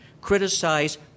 criticize